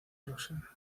roxana